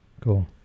Cool